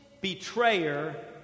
betrayer